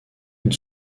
une